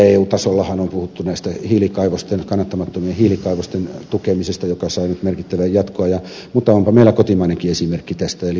eu tasollahan on puhuttu kannattamattomien hiilikaivosten tukemisesta joka sai nyt merkittävän jatkoajan mutta onpa meillä kotimainenkin esimerkki tästä eli turvetuotanto